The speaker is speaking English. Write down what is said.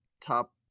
top